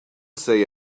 say